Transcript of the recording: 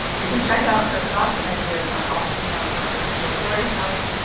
you can check out her thoughts and ideas on all things nonprofit, digital storytelling,